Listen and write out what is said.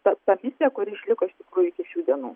ta ta misija kuri išliko iš iki šių dienų